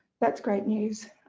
that's great news.